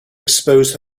expose